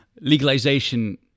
legalization